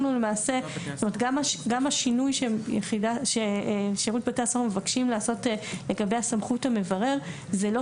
גם השינוי ששירות בתי הסוהר מבקשים לעשות לגבי סמכות המברר זה לא